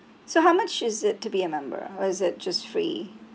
so how much is it to be a member or is it just free